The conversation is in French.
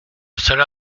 cela